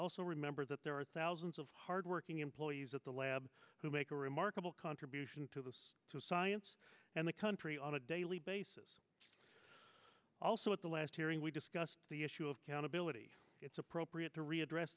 also remember that there are thousands of hardworking employees at the lab who make a remarkable contribution to the science and the country on a daily basis also at the last hearing we discussed the issue of accountability it's appropriate to re address